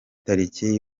tariki